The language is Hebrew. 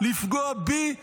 לפגוע בי ובכם,